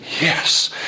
yes